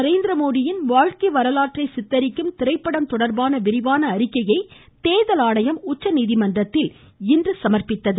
நரேந்திரமோடியின் வாழ்க்கை வரலாற்றை சித்தரிக்கும் திரைப்படம் தொடர்பான விரிவான அறிக்கையை தேர்தல் ஆணையம் உச்சநீதிமன்றத்தில் இன்று சமர்ப்பித்தது